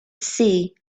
see